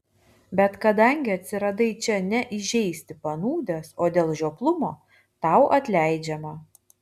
bet kadangi atsiradai čia ne įžeisti panūdęs o dėl žioplumo tau atleidžiama